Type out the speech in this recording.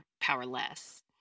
powerless